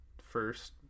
first